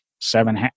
seven